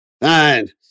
Fine